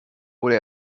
wurde